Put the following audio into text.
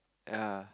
ya